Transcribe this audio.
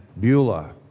Beulah